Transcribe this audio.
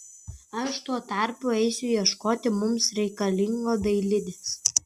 aš tuo tarpu eisiu ieškoti mums reikalingo dailidės